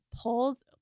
pulls